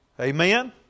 Amen